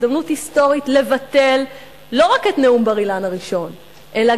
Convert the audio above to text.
הזדמנות היסטורית לבטל לא רק את נאום בר-אילן הראשון אלא